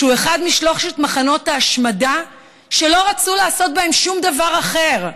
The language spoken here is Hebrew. שהוא אחד משלושת מחנות ההשמדה שלא רצו לעשות בהם שום דבר אחר,